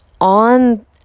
on